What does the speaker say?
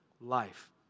life